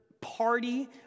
party